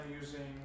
using